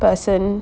person